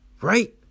right